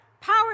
Power